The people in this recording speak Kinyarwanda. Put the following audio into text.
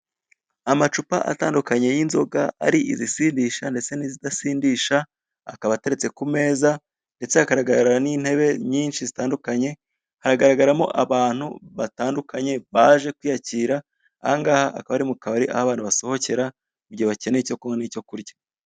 Amacupa atandukanye y'inzoga ari izisindisha ndetse n'izidasindisha akaba ateretse ku meza ndetse hagaragara n'intebe nyinshi zitandukanye, hagaragaramo abantu batandukanye baje kwiyakira ahangaha akaba ari mu kabari aho abantu basohoke igihe bakeneye icyo kunywa n'icyo kurya.